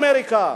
מאמריקה.